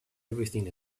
everything